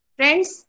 Friends